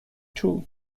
two